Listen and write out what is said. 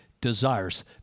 desires